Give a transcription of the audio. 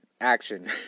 action